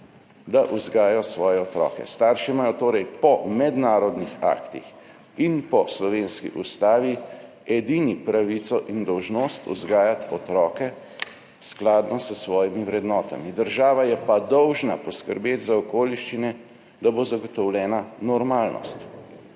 da vzgajajo svoje otroke. Starši imajo torej po mednarodnih aktih in po slovenski ustavi edini pravico in dolžnost vzgajati otroke skladno s svojimi vrednotami. Država je pa dolžna poskrbeti za okoliščine, da bo zagotovljena normalnost.